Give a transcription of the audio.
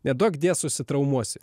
neduok dieve susitraumuosi